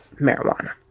marijuana